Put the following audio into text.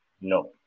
No